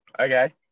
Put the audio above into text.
Okay